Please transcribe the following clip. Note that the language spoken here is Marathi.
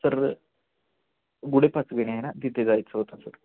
सर गुढे पाचगणी आहे ना तिथे जायचं होतं सर